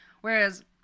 Whereas